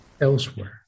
elsewhere